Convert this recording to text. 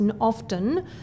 often